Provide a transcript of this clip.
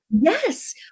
Yes